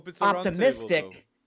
optimistic